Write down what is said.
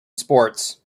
sports